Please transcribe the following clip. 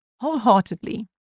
wholeheartedly